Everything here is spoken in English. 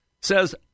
says